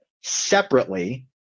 separately